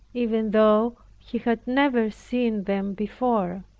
even though he had never seen them before.